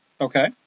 Okay